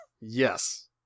Yes